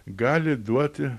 gali duoti